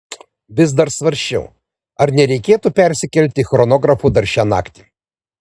vis dar svarsčiau ar nereikėtų persikelti chronografu dar šią naktį